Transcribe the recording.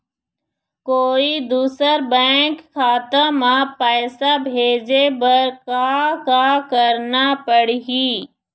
कोई दूसर बैंक खाता म पैसा भेजे बर का का करना पड़ही?